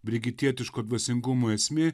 brigitietiško dvasingumo esmė